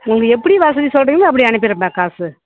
உங்களுக்கு எப்படி வசதி சொல்லுறீங்களோ அப்படி அனுப்பிட்றேன்ப்பா காசு